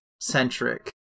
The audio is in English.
centric